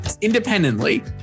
independently